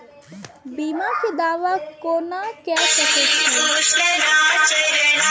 बीमा के दावा कोना के सके छिऐ?